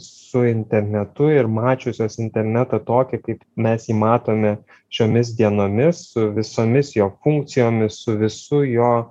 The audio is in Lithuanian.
su internetu ir mačiusios internetą tokį kaip mes jį matome šiomis dienomis su visomis jo funkcijomis su visu jo